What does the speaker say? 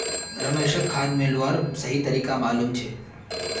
रमेशक खाद मिलव्वार सही तरीका मालूम छेक